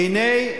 והנה,